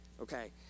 Okay